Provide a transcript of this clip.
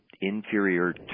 inferior